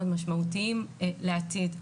מאוד משמעותיים לעתיד.